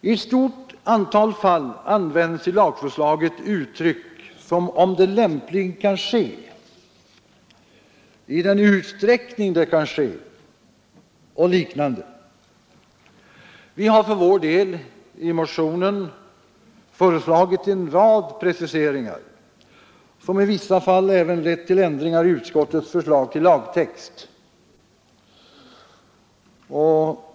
I ett stort antal fall används i lagförslaget uttryck som ”om det lämpligen kan ske” och ”i den utsträckning det kan ske”. Vi har för vår del i motionen föreslagit en rad preciseringar, som i vissa fall även lett till ändringar i utskottets förslag till lagtext.